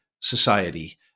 society